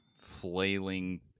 flailing